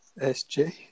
S-J